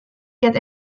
get